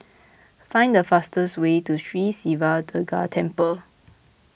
find the fastest way to Sri Siva Durga Temple